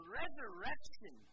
resurrection